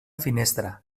finestra